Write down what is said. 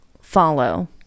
follow